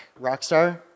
Rockstar